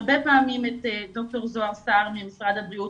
הרבה פעמים את ד"ר זהר סהר ממשרד הבריאות